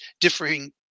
differing